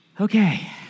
Okay